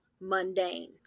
mundane